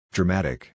Dramatic